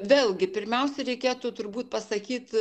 vėlgi pirmiausia reikėtų turbūt pasakyt